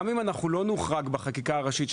גם אם אנחנו לא נוחרג בשאיפה הראשית,